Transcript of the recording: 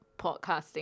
podcasting